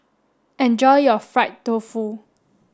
enjoy your fried tofu